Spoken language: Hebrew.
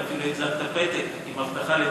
ואפילו החזקת פתק עם הבטחה,